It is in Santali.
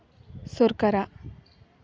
ᱥᱚᱨᱠᱟᱨᱟᱜ